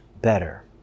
better